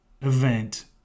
event